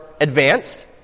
advanced